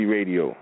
Radio